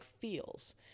feels